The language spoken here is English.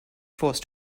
forced